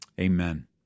Amen